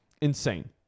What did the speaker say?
insane